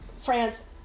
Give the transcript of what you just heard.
France